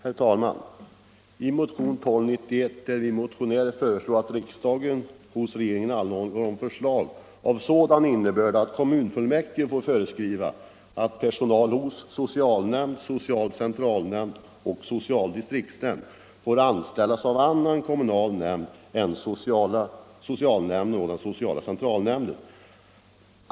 Herr talman! I motionen 1975:1291 föreslår vi motionärer att riksdagen hos regeringen anhåller om förslag av sådan innebörd att kommunfullmäktige får föreskriva att personal hos socialnämnd, social centralnämnd och social distriktsnämnd får anställas av annan kommunal nämnd än socialnämnden och den sociala centralnämnden.